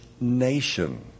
nation